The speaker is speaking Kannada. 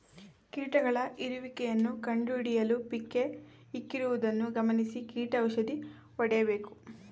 ಕೀಟಗಳ ಇರುವಿಕೆಯನ್ನು ಕಂಡುಹಿಡಿಯಲು ಪಿಕ್ಕೇ ಇಕ್ಕಿರುವುದನ್ನು ಗಮನಿಸಿ ಕೀಟ ಔಷಧಿ ಹೊಡೆಯಬೇಕು